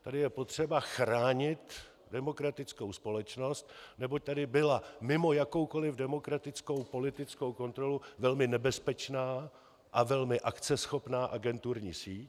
Tady je potřeba chránit demokratickou společnost, neboť tady byla mimo jakoukoliv demokratickou, politickou kontrolu velmi nebezpečná a velmi akceschopná agenturní síť.